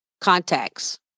contacts